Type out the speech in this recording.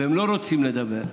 והם לא רוצים לדבר.